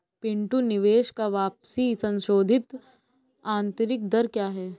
पिंटू निवेश का वापसी संशोधित आंतरिक दर क्या है?